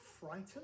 frightened